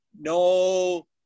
no